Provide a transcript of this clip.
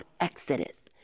Exodus